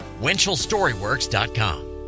WinchellStoryWorks.com